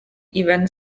even